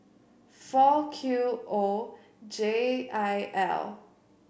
four Q O J I L